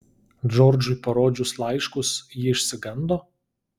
džordžui parodžius laiškus ji išsigando